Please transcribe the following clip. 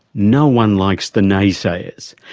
no one likes the naysayers,